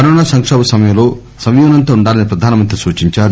corona సంకోభ సమయంలో సంయమనంతో ఉండాలని ప్రధానమంత్రి సూచించారు